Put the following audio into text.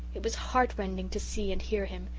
it was heart-rending to see and hear him.